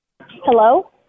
hello